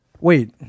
Wait